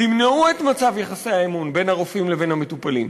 תמנעו את מצב יחסי האמון בין הרופאים לבין המטופלים,